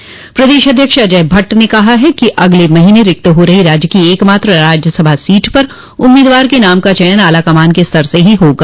चयन प्रदेश अध्यक्ष अजय भट्ट ने कहा है कि अगले महीने रिक्त हो रही राज्य की एकमात्र राज्यसभा सीट पर उम्मीदवार के नाम का चयन आलाकमान के स्तर से ही होगा